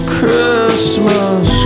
Christmas